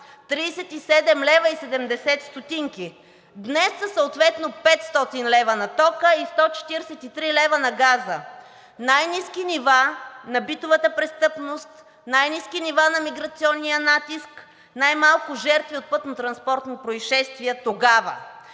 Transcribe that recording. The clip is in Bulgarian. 37,70 лв., днес са съответно – 500 лв. на тока и 143 лв. на газа; най ниски нива на битовата престъпност; най-ниски нива на миграционния натиск; най-малко жертви от пътнотранспортни произшествия тогава.